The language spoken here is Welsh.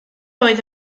oedd